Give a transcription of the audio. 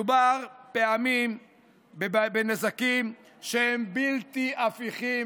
מדובר פעמים בנזקים שהם בלתי הפיכים,